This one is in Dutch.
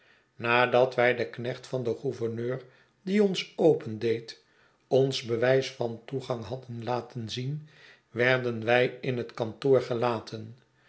nadat wij den knecht van den gouverneur die ons opendeed ons bewijs van toeganghadden laten zien werden wij in het kantoor m gelaten